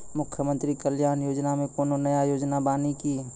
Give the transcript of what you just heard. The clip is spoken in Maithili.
मुख्यमंत्री कल्याण योजना मे कोनो नया योजना बानी की?